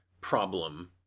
problem